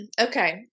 Okay